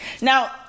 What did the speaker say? now